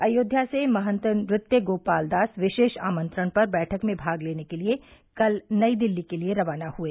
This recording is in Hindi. अयोध्या से महन्त नृत्य गोपालदास विशेष आमंत्रण पर बैठक में भाग लेने के लिए कल नई दिल्ली के लिए रवाना हुए